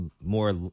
more